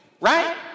right